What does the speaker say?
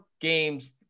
games